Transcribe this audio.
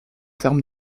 termes